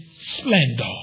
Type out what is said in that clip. Splendor